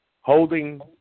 holding